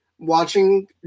watching